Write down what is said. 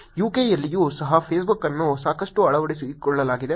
UK ಯಲ್ಲಿಯೂ ಸಹ Facebook ಅನ್ನು ಸಾಕಷ್ಟು ಅಳವಡಿಸಿಕೊಳ್ಳಲಾಗಿದೆ